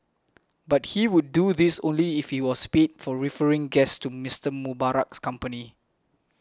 but he would do this only if he was paid for referring guests to Mister Mubarak's company